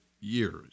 years